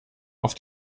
auf